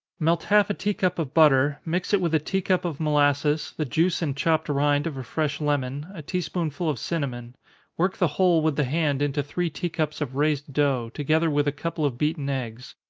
melt half a tea-cup of butter, mix it with a tea-cup of molasses, the juice and chopped rind of a fresh lemon, a tea-spoonful of cinnamon work the whole with the hand into three tea-cups of raised dough, together with a couple of beaten eggs.